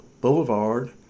Boulevard